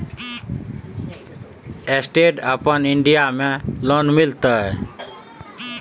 Stand up India में loan मिलते?